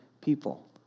people